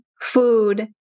food